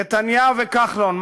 נתניהו וכחלון,